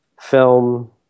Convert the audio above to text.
film